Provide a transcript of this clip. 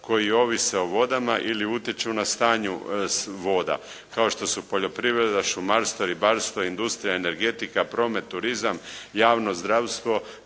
koji ovise o vodama ili utječu na stanju voda, kao što su poljoprivreda, šumarstvo, ribarstvo, industrija, energetika, promet, turizam, javno zdravstvo